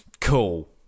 cool